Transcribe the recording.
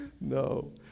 No